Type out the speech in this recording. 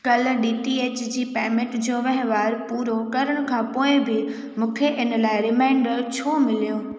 कल D T H जी payment जो वहिंवार पूरो करण खां पोइ बि मूंखे इन लाइ रिमाइंडर छो मिलियो